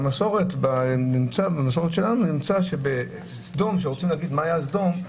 במסורת שלנו כאשר רוצים לתאר מה היה סדום,